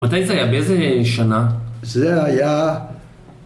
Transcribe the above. מתי זה היה, באיזה שנה? זה היה